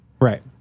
right